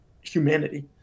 humanity